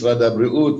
משרד הבריאות,